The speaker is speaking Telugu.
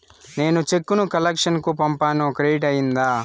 నేను చెక్కు ను కలెక్షన్ కు పంపాను క్రెడిట్ అయ్యిందా